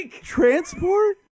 transport